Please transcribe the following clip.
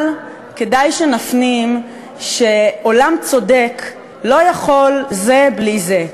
אבל כדאי שנפנים שעולם צודק לא יכול זה בלי זה.